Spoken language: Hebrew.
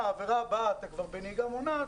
העבירה הבאה אתה כבר בנהיגה מונעת,